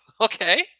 Okay